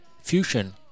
Fusion